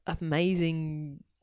amazing